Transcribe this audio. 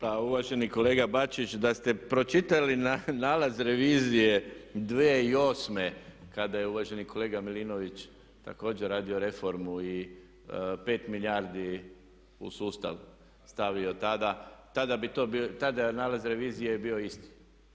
Pa uvaženi kolega Bačić da ste pročitali nalaz revizije 2008. kada je uvaženi kolega Milinović također radio reformu i pet milijardi u sustav stavio tada, tada je nalaz revizije bio isti.